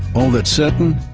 all that's certain,